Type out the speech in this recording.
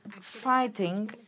fighting